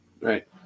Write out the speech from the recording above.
Right